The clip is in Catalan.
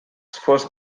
fos